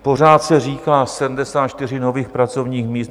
Pořád se říká 74 nových pracovních míst.